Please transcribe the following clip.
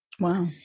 Wow